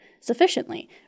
sufficiently